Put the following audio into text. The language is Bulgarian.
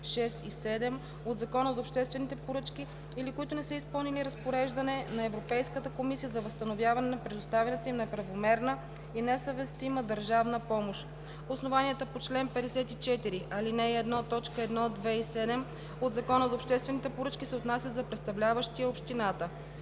6 и 7 от Закона за обществените поръчки или които не са изпълнили разпореждане на Европейската комисия за възстановяване на предоставената им неправомерна и несъвместима държавна помощ; основанията по чл. 54, ал. 1, т. 1, 2 и 7 от Закона за обществените поръчки се отнасят за представляващия общината;